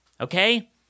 Okay